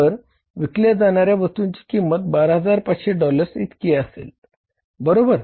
तर विकल्या जाणार्या वस्तूंची किंमत 12500 डॉलर्स इतकी असेल बरोबर